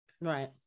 right